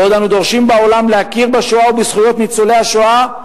בעוד אנו דורשים בעולם להכיר בשואה ובזכויות ניצולי השואה,